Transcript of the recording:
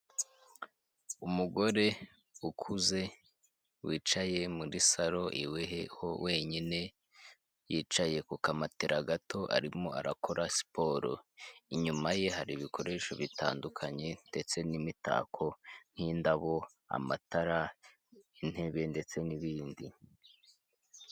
Umugore ukuze wicaye muri salo iwe wenyine, yicaye ku kamatera gato arimo arakora siporo inyuma ye hari ibikoresho bitandukanye ndetse n'imitako nk'indabo, amatara, intebe ndetse n'ibindi.